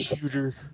shooter